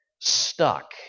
stuck